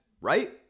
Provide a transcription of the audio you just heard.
right